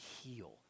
heal